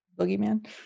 boogeyman